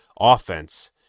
offense